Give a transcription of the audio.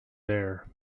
there